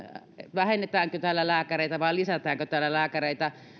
vähennetäänkö täällä lääkäreitä vai lisätäänkö täällä lääkäreitä